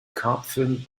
karpfen